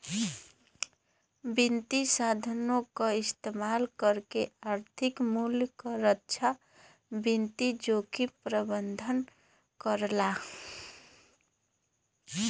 वित्तीय साधनों क इस्तेमाल करके आर्थिक मूल्य क रक्षा वित्तीय जोखिम प्रबंधन करला